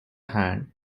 hand